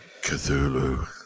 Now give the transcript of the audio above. Cthulhu